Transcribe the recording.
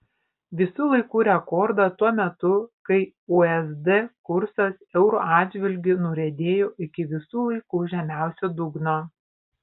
visų laikų rekordą tuo metu kai usd kursas euro atžvilgiu nuriedėjo iki visų laikų žemiausio dugno